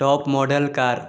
top model car